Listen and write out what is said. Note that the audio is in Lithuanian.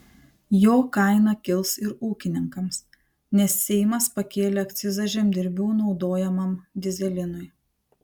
jo kaina kils ir ūkininkams nes seimas pakėlė akcizą žemdirbių naudojamam dyzelinui